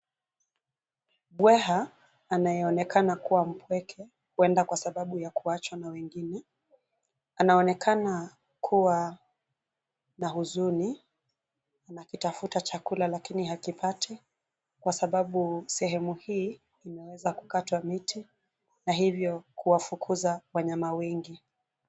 Mbweha, anaye onekana kuwa mpweke huenda kwa sababu ya kuachwa na wengine, anaonekana kuwa na huzuni na akitafuta chakula lakini hakipati, kwasababu sehemu hii imeweza kukatwa miti na hivyo kuwafukuza wanyama wengi.